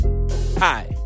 Hi